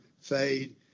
fade